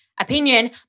opinion